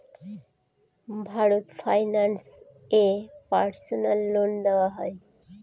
Bharat finance এ personal loan দেওয়া হয়?